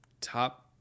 top